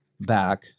back